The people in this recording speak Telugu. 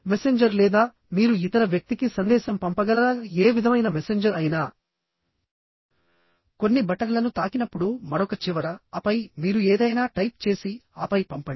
మెసెంజర్ లేదా మీరు ఇతర వ్యక్తికి సందేశం పంపగల ఏ విధమైన మెసెంజర్ అయినా కొన్ని బటన్లను తాకినప్పుడు మరొక చివర ఆపై మీరు ఏదైనా టైప్ చేసి ఆపై పంపండి